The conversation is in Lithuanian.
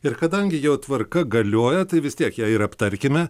ir kadangi jau tvarka galioja tai vis tiek ją ir aptarkime